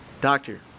doctor